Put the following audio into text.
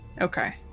Okay